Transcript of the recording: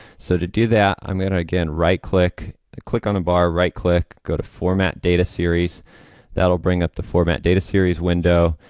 so to do that i'm going to again right click click on bar right click go to format data series that will bring up the format data series window,